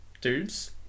dudes